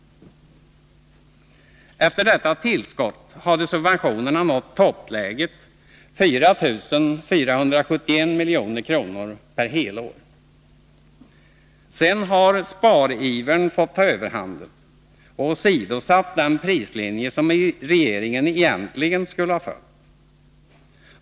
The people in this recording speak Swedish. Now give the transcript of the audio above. Efter detta tillskott hade subventionerna nått toppläget, 4 471 milj.kr. per helår. Sedan har sparivern fått ta överhanden och åsidosatt den prislinje som regeringen egentligen skulle ha följt.